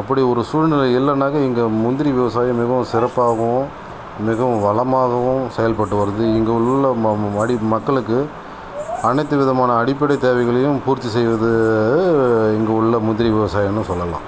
அப்படி ஒரு சூழ்நிலை இல்லைனாக்கா இங்கே முந்திரி விவசாயம் மிகவும் சிறப்பாக்கவும் மிகவும் வளமாகவும் செயல்பட்டு வருது இங்கே உள்ளே மடி மக்களுக்கு அனைத்து விதமான அடிப்படை தேவைகளையும் பூர்த்தி செய்வது இங்கே உள்ள முந்திரி விவசாயன்னு தான் சொல்லலாம்